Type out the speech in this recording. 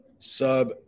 sub